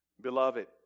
Beloved